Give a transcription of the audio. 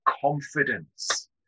confidence